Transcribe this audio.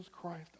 Christ